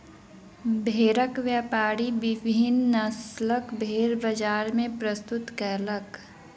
भेड़क व्यापारी विभिन्न नस्लक भेड़ बजार मे प्रस्तुत कयलक